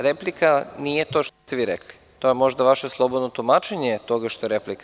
Replika nije to što ste vi rekli, to je možda vaše slobodno tumačenje toga što je replika.